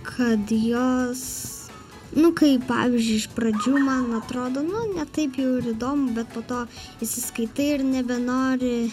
kad jos nu kai pavyzdžiui iš pradžių man atrodo nu ne taip jau ir įdomu bet po to įsiskaitai ir nebenori